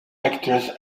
actress